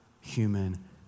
human